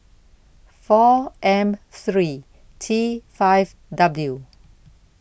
four M three T five W